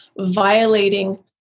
violating